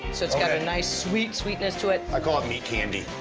so it's got a nice sweet sweetness to it. i call it meat candy.